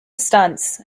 stunts